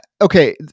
Okay